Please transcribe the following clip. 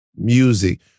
music